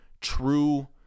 true